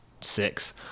six